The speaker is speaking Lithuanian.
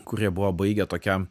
kurie buvo baigę tokią